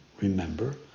Remember